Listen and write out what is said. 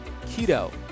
keto